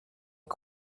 est